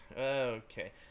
okay